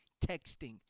texting